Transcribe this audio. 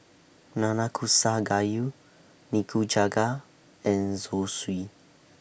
Nanakusa Gayu Nikujaga and Zosui